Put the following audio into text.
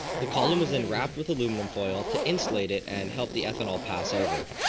the column is in wrapped with aluminum foil to insulate it and help the ethanol pass over.